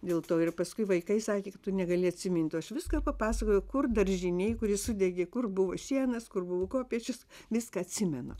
dėl to ir paskui vaikai sakė kad tu negali atsimint o aš viską papasakojau kur daržinėj kuri sudegė kur buvo šienas kur buvo kopėčios viską atsimenu